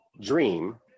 dream